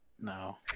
No